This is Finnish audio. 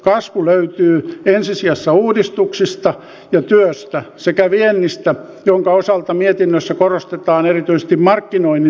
kasvu löytyy ensi sijassa uudistuksista ja työstä sekä viennistä jonka osalta mietinnössä korostetaan erityisesti markkinoinnin tehostamisen tärkeyttä